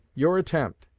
your attempt,